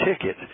ticket